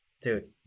Dude